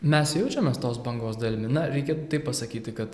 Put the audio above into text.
mes jaučiamas tos bangos dalimi na reikėtų taip pasakyti kad